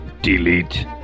delete